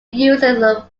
uses